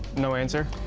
no answer.